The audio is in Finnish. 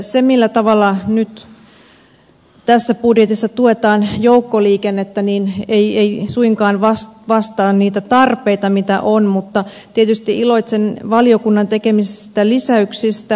se millä tavalla nyt tässä budjetissa tuetaan joukkoliikennettä ei suinkaan vastaa niitä tarpeita mitä on mutta tietysti iloitsen valiokunnan tekemistä lisäyksistä